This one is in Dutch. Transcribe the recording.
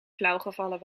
flauwgevallen